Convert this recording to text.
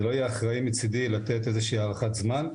זה לא יהיה אחראי מצדי לתת איזה שהיא הערכת זמן.